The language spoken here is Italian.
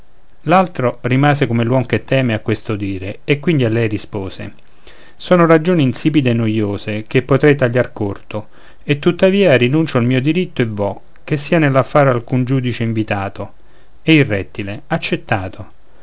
l'altro rimase come l'uom che teme a questo dire e quindi a lei rispose sono ragioni insipide e noiose che potrei tagliar corto e tuttavia rinuncio al mio diritto e vo che sia nell'affare alcun giudice invitato e il rettile accettato